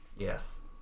Yes